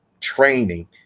training